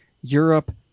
Europe